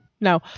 no